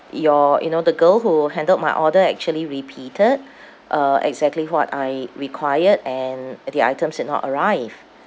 your you know the girl who handled my order actually repeated uh exactly what I required and the items did not arrive